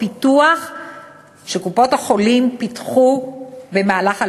פיתוח שקופות-החולים פיתחו במהלך 2012,